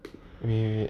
wait